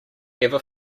ever